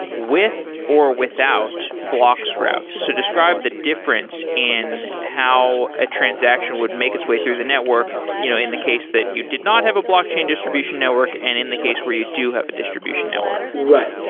with or without bloxroute. so describe the difference in how a transaction would make its way through the network, you know in the case that you did not have a blockchain distribution network and in the case where you do have a distribution network right.